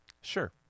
Sure